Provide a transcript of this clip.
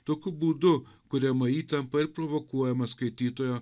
tokiu būdu kuriama įtampa ir provokuojamas skaitytojo